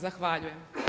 Zahvaljujem.